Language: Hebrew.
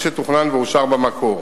כפי שתוכנן ואושר במקור.